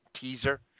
teaser